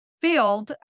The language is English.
field